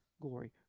glory